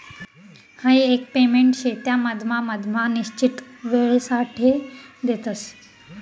हाई एक पेमेंट शे त्या मधमा मधमा निश्चित वेळसाठे देतस